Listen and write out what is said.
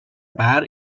part